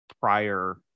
prior